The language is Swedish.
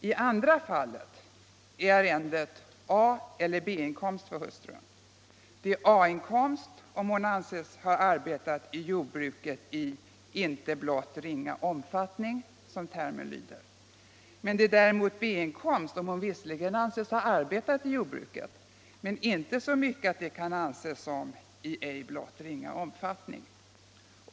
I andra fallet är arrendet A eller B-inkomst för hustrun —- A-inkomst om hon anses ha arbetat i jordbruket i ”inte blott ringa omfattning” som termen lyder, medan det däremot är B-inkomst om hon visserligen anses ha arbetat i jordbruket men inte så mycket att det kan anses som ”i ej blott ringa omfattning”.